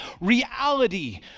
reality